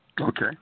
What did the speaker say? Okay